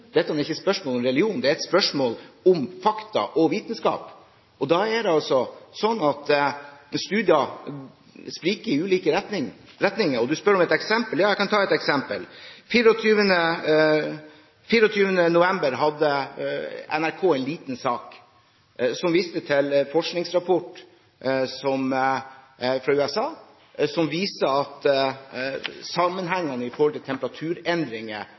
dette er ikke et spørsmål om tro, dette er ikke et spørsmål om religion, det er et spørsmål om fakta og vitenskap. Da er det altså sånn at studier spriker i ulike retninger. Representanten spør om et eksempel. Ja, jeg kan ta et eksempel. 24. november hadde NRK en liten sak om en forskningsrapport fra USA som viser at sammenhengen mellom temperaturendringer og omfanget av CO2 i